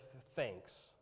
thanks